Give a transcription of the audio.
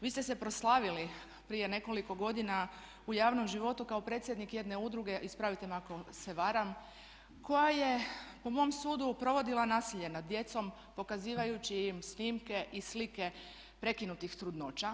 Vi ste se proslavili prije nekoliko godina u javnom životu kao predsjednik jedne udruge, ispravite me ako se varam koja je po mom sudu provodila nasilje nad djecom pokazivajući im snimke i slike prekinutih trudnoća.